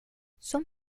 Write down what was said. some